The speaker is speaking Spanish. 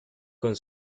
con